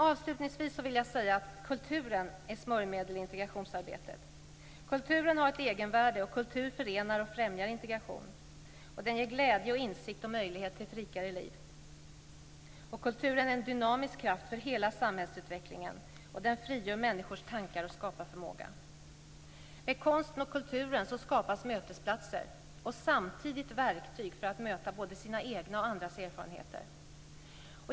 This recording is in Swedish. Avslutningsvis vill jag säga att kulturen är ett smörjmedel i integrationsarbetet. Kulturen har ett egenvärde. Kultur förenar och främjar integration. Den ger glädje, insikt och möjlighet till ett rikare liv. Kulturen är en dynamisk kraft för hela samhällsutvecklingen. Den frigör människors tankar och skapar förmåga. Med konsten och kulturen skapas mötesplatser och samtidigt verktyg för att möta både sina egna och andras erfarenheter.